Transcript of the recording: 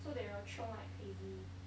so they will chiong like crazy